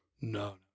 No